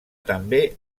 també